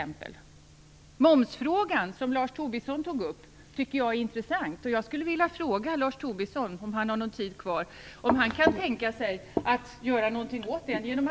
Momsfrågan, som Lars Tobisson tog upp, tycker jag är intressant. Jag skulle vilja fråga Lars Tobisson, om han har någon tid kvar, om han kan tänka sig att göra något åt denna.